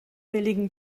billigen